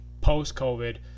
post-COVID